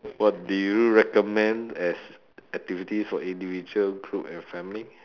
what do you recommend as activities for individual group and family